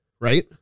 right